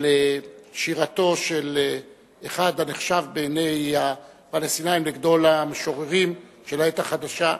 על שירתו של אחד הנחשב בעיני הפלסטינים לגדול המשוררים של העת החדשה,